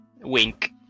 wink